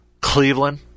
Cleveland